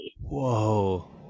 whoa